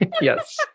Yes